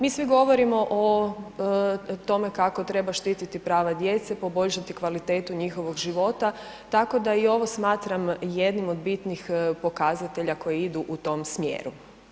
Mi svi govorimo o tome kako treba štititi prava djece, poboljšati kvalitetu njihovog života, tako da i ovo smatram jednim od bitnih pokazatelja koji idu u tom smjeru.